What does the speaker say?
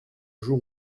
jour